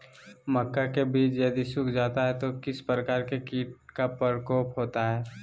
मक्का के बिज यदि सुख जाता है तो किस प्रकार के कीट का प्रकोप होता है?